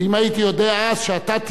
ואם הייתי יודע אז שאתה תהיה,